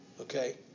okay